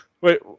Wait